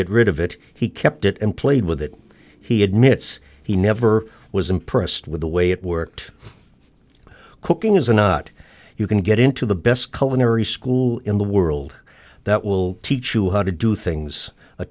get rid of it he kept it and played with it he admits he never was impressed with the way it worked cooking is or not you can get into the best cullen every school in the world that will teach you how to do things a